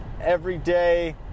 everyday